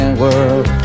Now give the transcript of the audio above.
world